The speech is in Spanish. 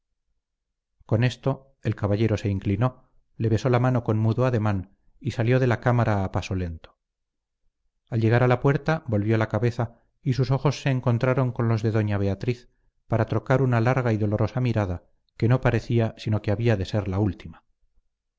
con esto el caballero se inclinó le besó la mano con mudo ademán y salió de la cámara a paso lento al llegar a la puerta volvió la cabeza y sus ojos se encontraron con los de doña beatriz para trocar una larga y dolorosa mirada que no parecía sino que había de ser la última